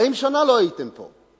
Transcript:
40 שנה לא הייתם פה.